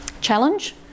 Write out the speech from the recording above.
Challenge